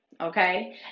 okay